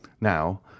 Now